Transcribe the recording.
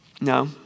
no